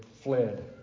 fled